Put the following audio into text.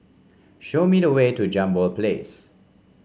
show me the way to Jambol Place